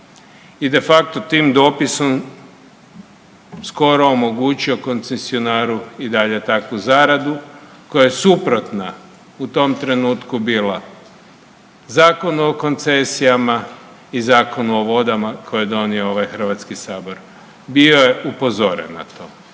i de facto tim dopisom skoro omogućio koncesionaru i dalje takvu zaradu koja je suprotna u tom trenutku bila Zakonu o koncesijama i Zakonu o vodama koje je donio ovaj HS. Bio je upozoren na to.